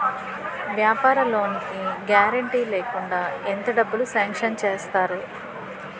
వ్యాపార లోన్ కి గారంటే లేకుండా ఎంత డబ్బులు సాంక్షన్ చేస్తారు?